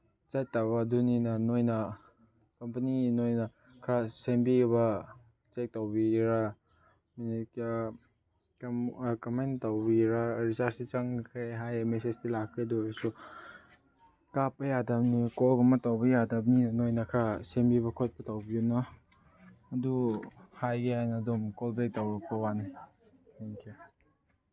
ꯆꯠꯇꯕ ꯑꯗꯨꯅꯤꯅ ꯅꯣꯏꯅ ꯀꯝꯄꯅꯤ ꯅꯣꯏꯅ ꯈꯔ ꯁꯦꯝꯕꯤꯕ ꯆꯦꯛ ꯇꯧꯕꯤꯒꯦꯔ ꯃꯤꯅꯤꯠ ꯀꯌꯥ ꯀꯔꯝꯍꯥꯏꯅ ꯇꯧꯕꯔ ꯔꯤꯆꯥꯔꯖꯇꯤ ꯆꯪꯈ꯭ꯔꯦ ꯍꯥꯏꯌꯦ ꯃꯦꯁꯦꯁꯇꯤ ꯂꯥꯛꯈ꯭ꯔꯦ ꯑꯗꯨꯏ ꯑꯣꯏꯔꯁꯨ ꯀꯥꯞꯄ ꯌꯥꯗꯝꯅꯤ ꯀꯣꯜꯒꯨꯝꯕ ꯇꯧꯕ ꯌꯥꯗꯝꯅꯤ ꯅꯣꯏꯅ ꯈꯔ ꯁꯦꯝꯕꯤꯕ ꯈꯣꯠꯄꯤꯕ ꯇꯧꯕꯤꯌꯨꯅꯣ ꯑꯗꯨ ꯍꯥꯏꯒꯦ ꯍꯥꯏꯅ ꯑꯗꯨꯝ ꯀꯣꯜ ꯕꯦꯛ ꯇꯧꯔꯛꯄꯋꯥꯅꯤ ꯊꯦꯡꯀ꯭ꯌꯨ